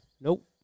Nope